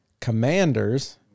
Commanders